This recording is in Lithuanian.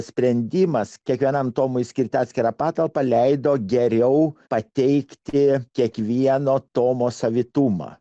sprendimas kiekvienam tomui skirti atskirą patalpą leido geriau pateikti kiekvieno tomo savitumą